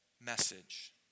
message